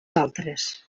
altres